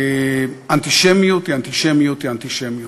אנטישמיות היא אנטישמיות היא אנטישמיות,